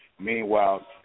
Meanwhile